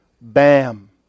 bam